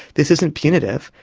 this isn't punitive,